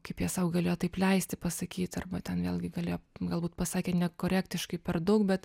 kaip jie sau galėjo taip leisti pasakyt arba ten vėlgi galėjo galbūt pasakė nekorektiškai per daug bet